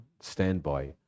standby